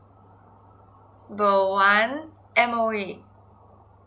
ber~ one M_O_E